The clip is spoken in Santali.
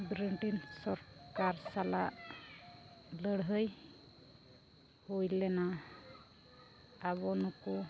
ᱵᱨᱤᱴᱮᱱ ᱥᱚᱨᱠᱟᱨ ᱥᱟᱞᱟᱜ ᱞᱟᱹᱲᱦᱟᱹᱭ ᱦᱩᱭ ᱞᱮᱱᱟ ᱟᱵᱚ ᱱᱩᱠᱩ